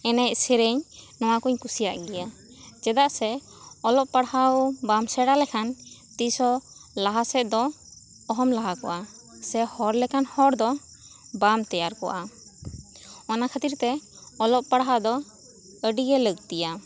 ᱮᱱᱮᱡ ᱥᱮᱨᱮᱧ ᱱᱚᱣᱟ ᱠᱚᱧ ᱠᱩᱥᱤᱭᱟᱜ ᱜᱤᱭᱟ ᱪᱮᱫᱟᱜ ᱥᱮ ᱚᱞᱚᱜ ᱯᱟᱲᱦᱟᱣ ᱵᱟᱢ ᱥᱮᱬᱟ ᱞᱮᱠᱷᱟᱱ ᱛᱤᱥ ᱦᱚᱸ ᱞᱟᱦᱟ ᱥᱮᱫ ᱫᱚ ᱚᱦᱚᱢ ᱞᱟᱦᱟ ᱠᱚᱜᱼᱟ ᱥᱮ ᱦᱚᱲ ᱞᱮᱠᱟᱱ ᱦᱚᱲ ᱫᱚ ᱵᱟᱢ ᱛᱮᱭᱟᱨ ᱠᱚᱜᱼᱟ ᱚᱱᱟ ᱠᱷᱟᱹᱛᱤᱨ ᱛᱮ ᱚᱞᱚᱜ ᱯᱟᱲᱦᱟᱜ ᱫᱚ ᱟᱹᱰᱤ ᱜᱮ ᱞᱟᱹᱠᱛᱤᱭᱟ